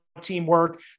teamwork